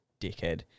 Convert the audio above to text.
dickhead